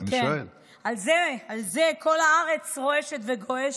על זה, על זה כל הארץ רועשת וגועשת.